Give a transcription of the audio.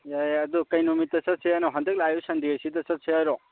ꯌꯥꯏ ꯑꯗꯨ ꯀꯔꯤ ꯅꯨꯃꯤꯠꯇ ꯆꯠꯁꯦ ꯍꯥꯏꯅꯣ ꯍꯟꯗꯛ ꯂꯥꯛꯏꯕ ꯁꯟꯗꯦꯁꯤꯗ ꯆꯠꯁꯦ ꯍꯥꯏꯔꯣ